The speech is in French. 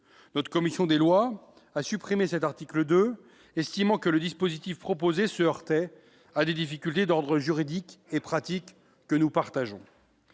Notre commission des lois a supprimé cet article 2, estimant que le dispositif proposé se heurtait à des difficultés d'ordres juridique et pratique. Il nous semble